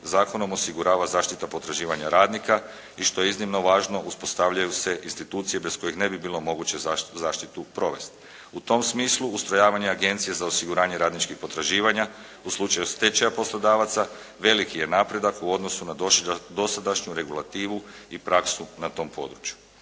zakonom osigurava zaštita potraživanja radnika i što je iznimno važno uspostavljaju se institucije bez kojih ne bi bilo moguće zaštitu provesti. U tom smislu ustrojavanje agencije za osiguranje radničkih potraživanja u slučaju stečaja poslodavaca veliki je napredak u odnosu na dosadašnju regulativu i praksu na tom području.